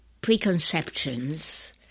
preconceptions